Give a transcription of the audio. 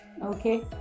Okay